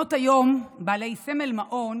מעונות היום בעלי סמל מעון